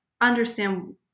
understand